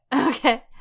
Okay